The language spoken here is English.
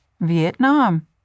Vietnam